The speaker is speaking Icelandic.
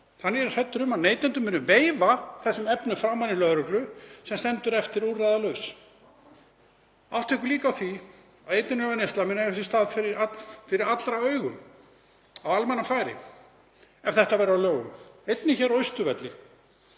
Þannig er ég hræddur um að neytendur muni veifa þessum efnum framan í lögreglu sem stendur eftir úrræðalaus. Áttum okkur líka á því að eiturlyfjaneysla mun eiga sér stað fyrir allra augum á almannafæri ef þetta verður að lögum, einnig hér á Austurvelli.